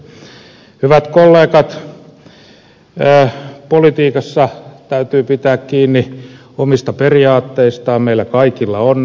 hyvät kollegat politiikassa täytyy pitää kiinni omista periaatteistaan meillä kaikilla on niitä